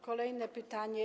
Kolejne pytanie.